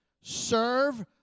Serve